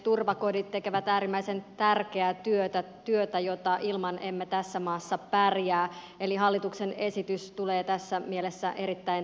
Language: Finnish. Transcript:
turvakodit tekevät äärimmäisen tärkeää työtä jota ilman emme tässä maassa pärjää eli hallituksen esitys tulee tässä mielessä erittäin tarpeeseen